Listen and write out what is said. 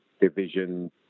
division